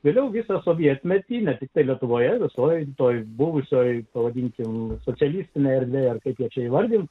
vėliau visą sovietmetį ne tiktai lietuvoje visoje toje buvusioje pavadinkime socialistine erdvė kviečia įvardinti